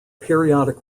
periodic